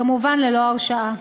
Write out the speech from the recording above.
כמובן ללא הרשעה.